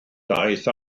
daeth